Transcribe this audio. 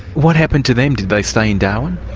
what happened to them? did they stay in darwin?